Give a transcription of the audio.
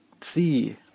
see